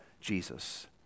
Jesus